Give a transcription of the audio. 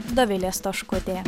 dovilė stoškutė